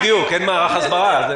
בדיוק, אין מערך הסברה.